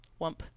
wump